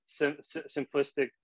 simplistic